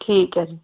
ਠੀਕ ਹੈ ਜੀ